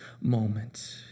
moment